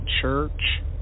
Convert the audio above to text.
church